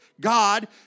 God